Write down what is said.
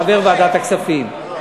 חבר ועדת הכספים,